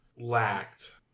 lacked